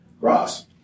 Ross